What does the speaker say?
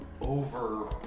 over